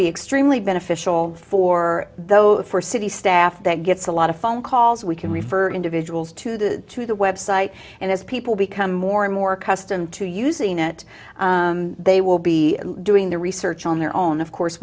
be extremely beneficial for those for city staff that gets a lot of phone calls we can refer individuals to the to the website and as people become more and more custom to using it they will be doing the research on their own of course